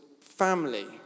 family